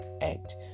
act